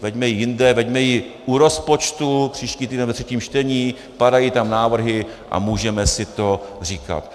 Veďme ji jinde, veďme ji u rozpočtu příští týden ve třetím čtení, padají tam návrhy a můžeme si to říkat.